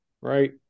Right